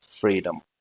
freedom